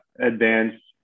advanced